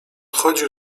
chodził